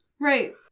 Right